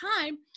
time